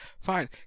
Fine